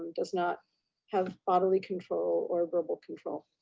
does not have bodily control or verbal control.